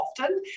often